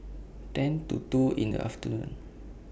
ten to two in The afternoon